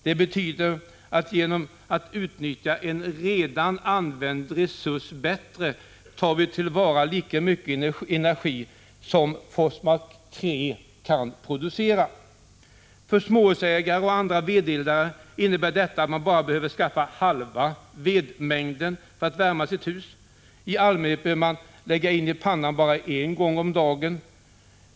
Det betyder att vi genom att utnyttja en redan använd resurs bättre tar till vara lika mycket energi som Forsmark 3 kan producera. För småhusägare och andra vedeldare innebär detta att de bara behöver skaffa halva vedmängden för att värma sitt hus. I allmänhet behöver de lägga in i pannan bara en gång om dagen.